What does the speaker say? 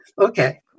okay